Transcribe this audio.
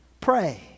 Pray